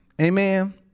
Amen